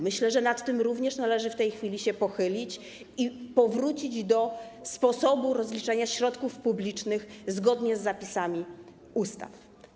Myślę, że nad tym również należy się w tej chwili pochylić i powrócić do sposobu rozliczania środków publicznych zgodnie z zapisami ustaw.